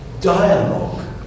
dialogue